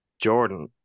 jordan